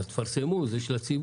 אבל תפרסמו, זה של הציבור.